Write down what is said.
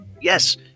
yes